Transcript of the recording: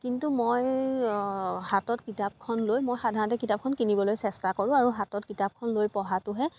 কিন্তু মই হাতত কিতাপখন লৈ মই সাধাৰণতে কিতাপখন কিনিবলৈ চেষ্টা কৰোঁ আৰু হাতত কিতাপখন লৈ পঢ়াটোহে